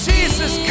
Jesus